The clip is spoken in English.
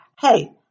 Hey